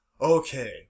Okay